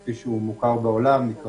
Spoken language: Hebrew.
כפי שהוא מוכר בעולם, הוא: